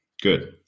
good